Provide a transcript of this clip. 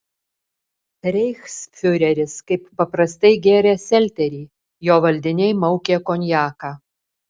reichsfiureris kaip paprastai gėrė selterį jo valdiniai maukė konjaką